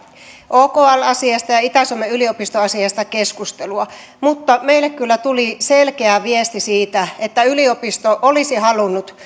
okl asiasta ja ja itä suomen yliopistoasiasta keskustelua mutta meille kyllä tuli selkeä viesti siitä että yliopisto olisi halunnut